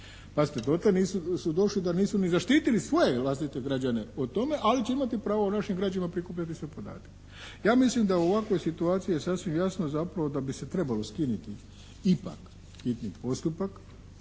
Pazite dotle su došli da nisu ni zaštitili svoje vlastite građane o tome, ali će imati pravo o našim građanima prikupljati sve podatke. Ja mislim da u ovakvoj situaciji je sasvim jasno zapravo da bi se trebalo skinuti ipak hitni postupak